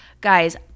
Guys